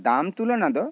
ᱫᱟᱢ ᱛᱩᱞᱚᱱᱟ ᱫᱚ